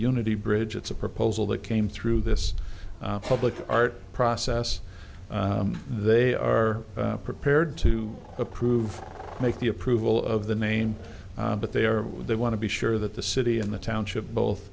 unity bridge it's a proposal that came through this public art process they are prepared to approve quake the approval of the name but they are when they want to be sure that the city and the township both